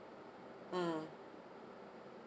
mm